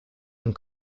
and